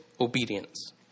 obedience